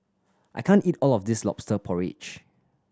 I can't eat all of this Lobster Porridge